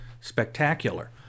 spectacular